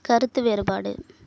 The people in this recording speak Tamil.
கருத்து வேறுபாடு